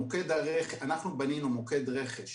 אנחנו בנינו מוקד רכש.